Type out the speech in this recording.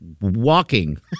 walking